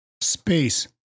space